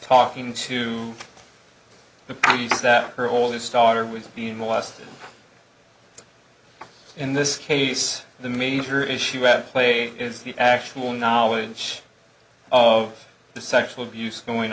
talking to the police that her oldest daughter was being molested in this case the major issue at play is the actual knowledge of the sexual abuse going